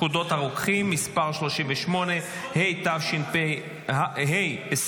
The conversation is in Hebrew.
פקודת הרוקחים (מס' 38), התשפ"ה 2024,